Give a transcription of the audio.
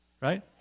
right